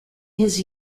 his